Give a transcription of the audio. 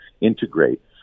integrate